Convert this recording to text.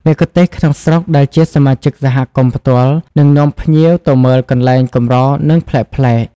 មគ្គុទេស៍ក្នុងស្រុកដែលជាសមាជិកសហគមន៍ផ្ទាល់ នឹងនាំភ្ញៀវទៅមើលកន្លែងកម្រ និងប្លែកៗ។